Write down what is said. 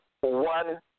one